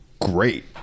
great